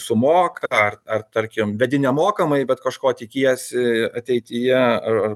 sumoka ar ar tarkim vedi nemokamai bet kažko tikiesi ateityje ar ar